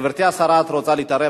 גברתי השרה, את רוצה להתערב?